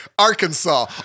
Arkansas